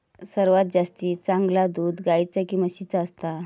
सर्वात जास्ती चांगला दूध गाईचा की म्हशीचा असता?